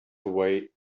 away